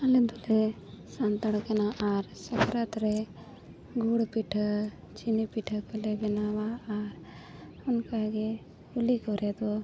ᱟᱞᱮ ᱫᱚᱞᱮ ᱥᱟᱱᱛᱟᱲ ᱠᱟᱱᱟ ᱟᱨ ᱥᱟᱠᱨᱟᱛ ᱨᱮ ᱜᱩᱲ ᱯᱤᱴᱷᱟᱹ ᱪᱤᱱᱤ ᱯᱤᱴᱷᱟᱹ ᱠᱚᱞᱮ ᱵᱮᱱᱟᱣᱟ ᱟᱨ ᱚᱱᱠᱟ ᱜᱮ ᱩᱞᱤ ᱠᱚᱨᱮ ᱫᱚ